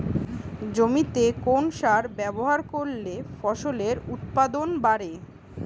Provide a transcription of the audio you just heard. জমিতে কোন সার ব্যবহার করলে ফসলের উৎপাদন বাড়ে?